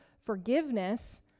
forgiveness